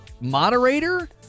moderator